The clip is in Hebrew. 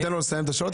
תן לו לסיים את השאלות,